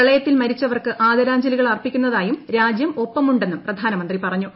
പ്രളയത്തിൽ മരിച്ചവർക്ക്ക് ആദ്രാഞ്ജലികൾ അർപ്പിക്കുന്ന തായും രാജ്യം ഒപ്പമുണ്ടെന്നും പ്രധാനമന്ത്രി പറഞ്ഞു